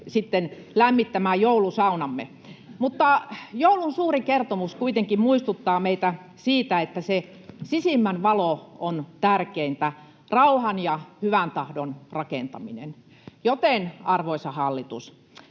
lämmittämään joulusaunamme. Mutta joulun suurin kertomus kuitenkin muistuttaa meitä siitä, että se sisimmän valo on tärkeintä, rauhan ja hyvän tahdon rakentaminen, joten, arvoisa hallitus,